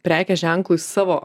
prekės ženklui savo